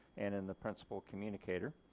and in the principal communicator.